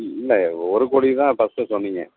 இல்லை ஒரு கோடிக்கு தான் பர்ஸ்ட்டு சொன்னீங்கள்